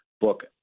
book